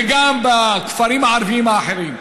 וגם בכפרים הערביים האחרים.